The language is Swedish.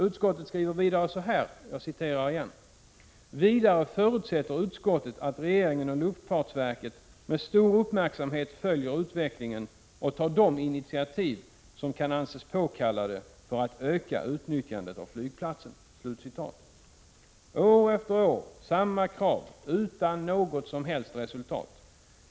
Utskottet skriver vidare så här: ”Vidare förutsätter utskottet att regeringen och luftfartsverket med stor uppmärksamhet följer utvecklingen och tar de initiativ som kan anses påkallade för att öka utnyttjandet av flygplatsen.” År efter år samma krav, utan något som helst resultat!